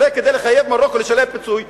הרי כדי לחייב את מרוקו לשלם פיצוי,